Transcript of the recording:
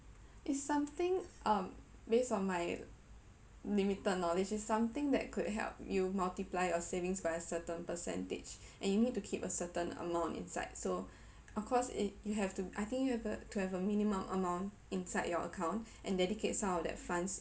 is something um based on my limited knowledge it's something that could help you multiply your savings by a certain percentage and you need to keep a certain amount inside so of course it you have to I think you have uh to have a minimum amount inside your account and dedicate some of that funds